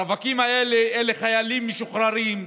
הרווקים האלה אלה חיילים משוחררים,